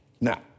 Now